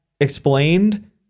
explained